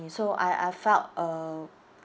so I I felt uh